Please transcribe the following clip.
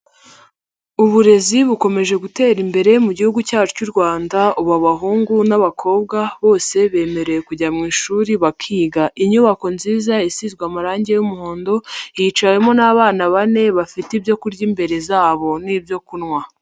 Uburezi bukomeje gutera imbere mu gihugu cyacu cy'u Rwanda, ubu abahungu n'abakobwa bose bemerewe kujya mu ishuri bakiga. Inyubako nziza isizwe amarangi y'umuhondo, yicawemo n'abana bane bafite ibyo kurya imbere zabo n'ibyo kunywa.